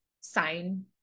sign